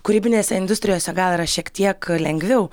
kūrybinėse industrijose gal yra šiek tiek lengviau